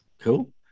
Cool